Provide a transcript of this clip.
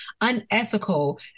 unethical